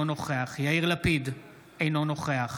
אינו נוכח יאיר לפיד, אינו נוכח